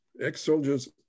ex-soldiers